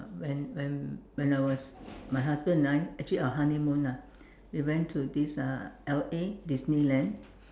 when when when when I was my husband and I actually our honeymoon ah we went to this uh L_A Disneyland